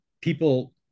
people